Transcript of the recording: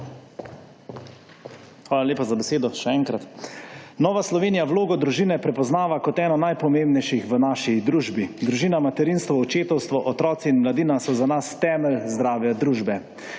Hvala lepa za besedo, še enkrat. Novo Slovenija vlogo družine prepoznava kot eno najpomembnejših v naši družbi. Družina, materinstvo, očetovstvo, otroci in mladina so za nas temelj zdrave družbe.